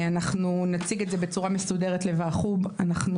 נציג את זה בצורה מסודרת לוועדת חוץ וביטחון.